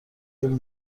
این